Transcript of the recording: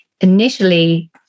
initially